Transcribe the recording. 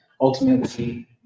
ultimately